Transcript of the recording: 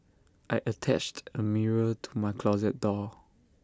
I attached A mirror to my closet door